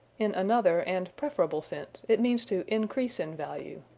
in another and preferable sense it means to increase in value.